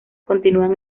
continúan